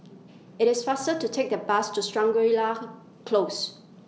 IT IS faster to Take The Bus to Shangri La Close